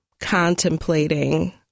contemplating